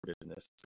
business